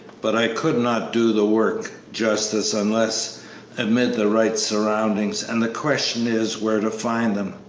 but i could not do the work justice unless amid the right surroundings, and the question is, where to find them.